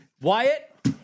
Wyatt